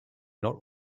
not